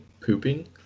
pooping